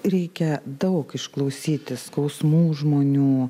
reikia daug išklausyti skausmų žmonių